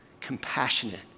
compassionate